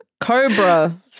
Cobra